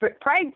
Pride